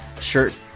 shirt